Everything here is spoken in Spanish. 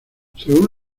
según